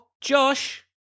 Josh